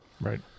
Right